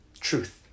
truth